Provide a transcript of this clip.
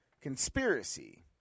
conspiracy